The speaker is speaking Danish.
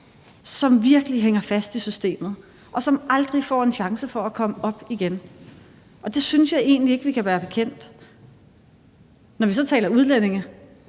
som virkelig hænger fast i systemet, og som aldrig får en chance for at komme op igen, og det synes jeg egentlig ikke vi kan være bekendt. Når vi så taler udlændinge,